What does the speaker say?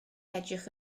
edrych